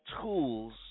tools